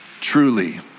truly